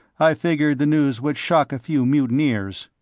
i figured the news would shock a few mutineers.